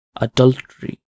adultery